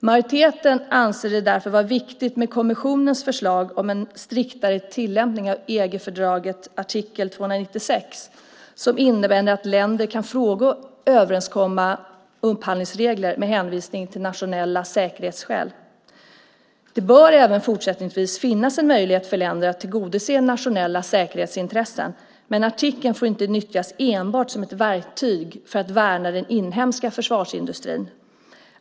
Majoriteten anser det därför vara viktigt med kommissionens förslag om en striktare tillämpning av EG-fördragets artikel 296, som innebär att länder kan frångå överenskomna upphandlingsregler med hänvisning till nationella säkerhetsskäl. Det bör även fortsättningsvis finnas en möjlighet för länder att tillgodose nationella säkerhetsintressen, men artikeln får inte nyttjas enbart som ett verktyg för att värna den inhemska försvarsindustrin.